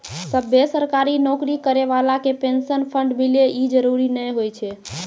सभ्भे सरकारी नौकरी करै बाला के पेंशन फंड मिले इ जरुरी नै होय छै